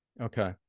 Okay